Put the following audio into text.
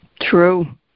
True